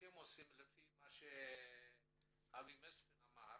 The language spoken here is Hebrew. ועשיתם כפי שאבי מספין אמר,